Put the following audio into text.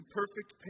perfect